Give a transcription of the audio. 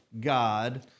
God